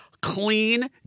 clean